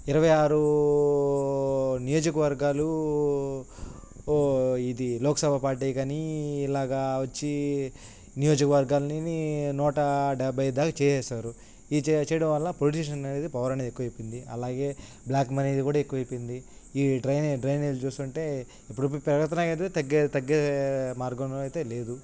ఇరవై ఆరు నియోజక వర్గాలు ఒక ఇది లోక్సభ పార్టీ కానీ ఇలాగ వచ్చి నియోజక వర్గాలని నూట డెబ్బై దాక చేసారు ఈ చే చేయడం వల్ల పొలిటీషన్ అనేది పవర్ అనేది ఎక్కువై అయిపోయింది అలాగే బ్లాక్ మనీ ఇది కూడా ఎక్కువ అయిపోయింది ఈ డ్రైనే డ్రైనేజ్లు చూస్తుంటే ఇప్పుడిప్పుడు పెరుగుతున్నాయి అయితే తగ్గ తగ్గే మార్గంలో అయితే లేదు